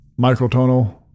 microtonal